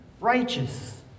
righteous